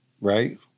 right